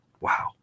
wow